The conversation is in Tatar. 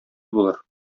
булыр